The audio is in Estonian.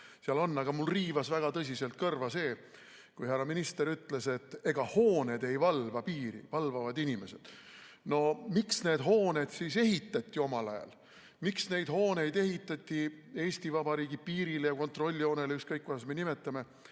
seal on. Aga mul riivas väga tõsiselt kõrva see, kui härra minister ütles, et ega hooned ei valva piiri, valvavad inimesed. No miks need hooned siis ehitati omal ajal, miks neid hooneid siis ehitati Eesti Vabariigi piirile ja kontrolljoonele, ükskõik kuidas me seda nimetame,